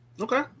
Okay